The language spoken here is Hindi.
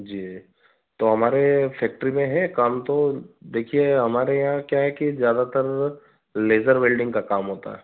जी तो हमारे फ़ेक्ट्री में है काम तो देखिए हमारे यहाँ क्या है कि ज़्यादातर लेज़र वेल्डिंग का काम होता है